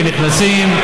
ונכנסים,